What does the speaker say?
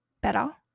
better